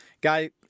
guy